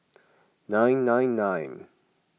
nine nine nine